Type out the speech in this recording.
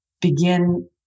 begin